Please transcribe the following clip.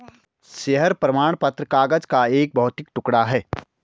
share प्रमाण पत्र कागज का एक भौतिक टुकड़ा है